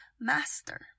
master